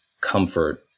comfort